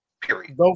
period